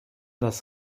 das